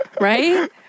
right